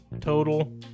total